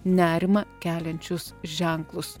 nerimą keliančius ženklus